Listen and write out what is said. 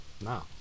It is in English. No